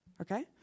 Okay